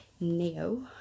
Neo